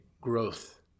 growth